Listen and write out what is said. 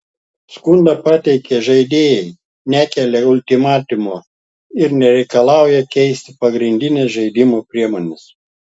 skundą pateikę žaidėjai nekelia ultimatumų ir nereikalauja keisti pagrindinės žaidimo priemonės